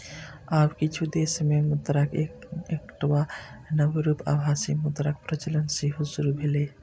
आब किछु देश मे मुद्राक एकटा नव रूप आभासी मुद्राक प्रचलन सेहो शुरू भेलैए